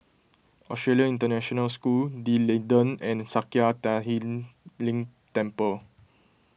Australian International School D'Leedon and Sakya Tenphel Ling Temple